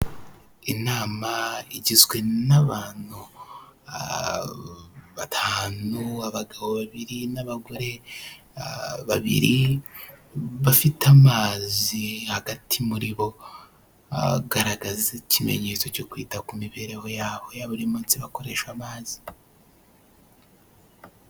Inama igizwe n'abantu batanu, abagabo babiri n'abagore babiri bafite amazi, hagati muri bo bagaragaza ikimenyetso cyo kwita ku mibereho yabo ya buri munsi bakoresha amazi.